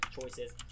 choices